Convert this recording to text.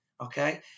okay